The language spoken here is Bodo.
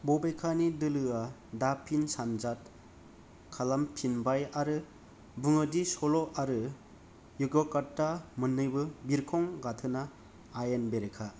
बबेखानि दोलोआ दा फिन सानजाद खालामफिनबाय आरो बुङोदि सल' आरो यग्याकर्ता मोन्नैबो बिरखं गाथोना आयेन बेरेखा